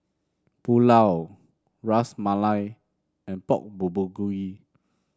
Pulao Ras Malai and Pork Bulgogi